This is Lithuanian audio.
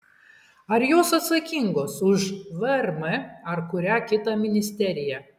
ar jos atsakingos už vrm ar kurią kitą ministeriją